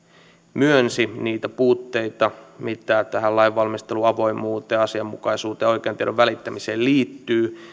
myönsi niitä puutteita mitä tähän lainvalmistelun avoimuuteen asianmukaisuuteen ja oikean tiedon välittämiseen liittyy